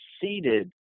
seated